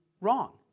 wrong